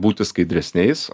būti skaidresniais